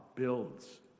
Builds